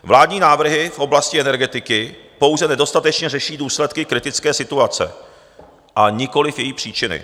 Vládní návrhy v oblasti energetiky pouze nedostatečně řeší důsledky kritické situace a nikoliv její příčiny.